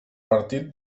partit